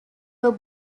were